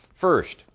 First